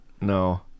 No